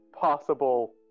possible